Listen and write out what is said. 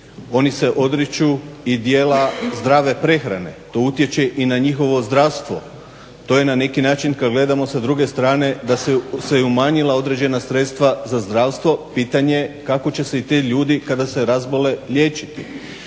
Oni se odriču i dijela zdrave prehrane, to utječe i na njihovo zdravstvo. To je na neki način kad gledamo sa druge strane da su se umanjila određena sredstva za zdravstvo. Pitanje je kako će se i ti ljudi kada se razbole liječiti.